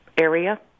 area